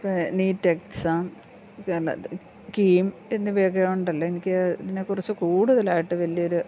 ഇപ്പ NEET exam KEAM എന്നിവയൊക്കെ ഉണ്ടല്ലോ എനിക്ക് അതിനെക്കുറിച്ചു കൂടുതലായിട്ട് വലിയ ഒരു